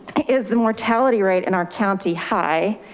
is the mortality rate in our county high?